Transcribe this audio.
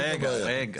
רגע, רגע.